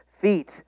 feet